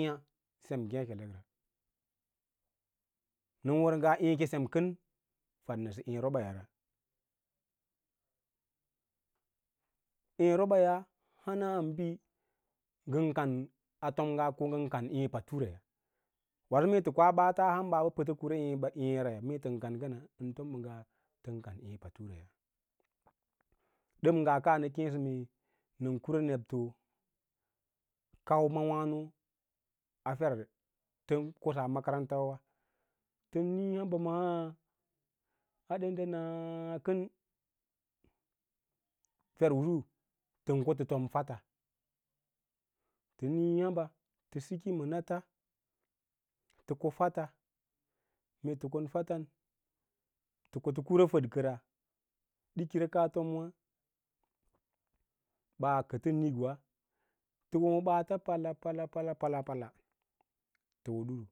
Beẽ sem ngêkelekra, nə wər ngoa ěě ke sem kəm fadsə eẽ robaya ra ěě roɓaya hambi ngəm kan atom ngaa ngən kan eẽ paturaya, mee tə ɓaafa auyi pətə kura ěěraya mee tən kan kans ən fom nga tən kan ěě paturaya. Dəm nga ka nə keẽ so mee nən kura nebto kauma wǎnə afer tən kosaa makarantawa tən niĩ hamba maa aɗenda naakən fer usu tə ko hə to m fotta tə niĩyǎ hamba tə aiki ma nata tə ko fotta mee bə kou fotta kofə kure fədkəra jikira kaas tamwa ɓaa kə tən nikwa tə wo ma ɓaata pala, pala, pala, pala tə wo duru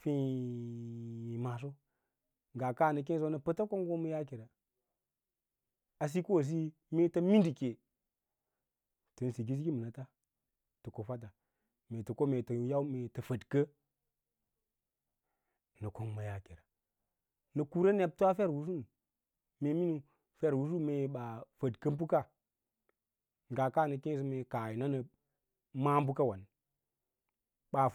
feẽ maʌso nga kaa nə keẽsəwa nə pəta konggo mayaahe ra asikoosiyi meeta minɗike tən sikin sikima nata tə ko fətte mee tən mee tə fədkə nə kong ma yaaka na nə kura nebto a fer ꞌusu mee miniu ferꞌusu me bas fədkə bəka ngaa kaa nə keẽsə mee kaah yi nanən ma’a bəkawa, baa fədka.